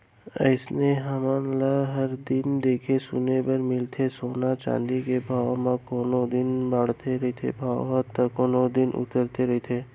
अइसने हमन ल हर दिन देखे सुने बर मिलथे सोना चाँदी के भाव म कोनो दिन बाड़हे रहिथे भाव ह ता कोनो दिन उतरे रहिथे